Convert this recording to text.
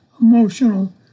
emotional